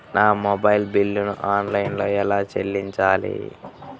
నా మొబైల్ బిల్లును ఆన్లైన్లో ఎలా చెల్లించాలి?